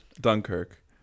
Dunkirk